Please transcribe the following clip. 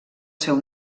seu